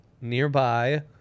nearby